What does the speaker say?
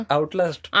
Outlast